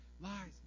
lies